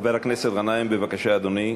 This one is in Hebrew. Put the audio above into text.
חבר הכנסת גנאים, בבקשה, אדוני.